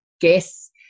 Guess